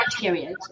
period